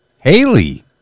Haley